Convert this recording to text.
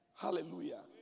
Hallelujah